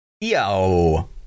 yo